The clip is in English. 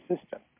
system